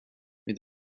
mid